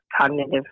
cognitive